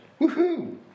Woohoo